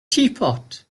teapot